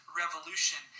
revolution